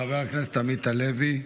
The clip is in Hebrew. חבר הכנסת עמית הלוי,